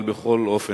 אבל בכל אופן,